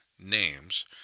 names